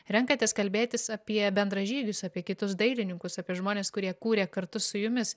renkatės kalbėtis apie bendražygius apie kitus dailininkus apie žmones kurie kūrė kartu su jumis